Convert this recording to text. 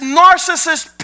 narcissist